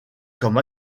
comme